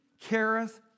careth